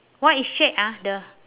what is shade ah the